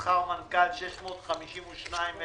סיכמנו עם רשם התאגידים שהוא נותן אישור הגשת מסמכים,